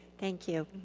thank you.